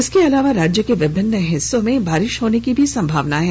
इसके अलावा राज्य के विभिन्न हिस्सों में बारिश होने की भी संभावना है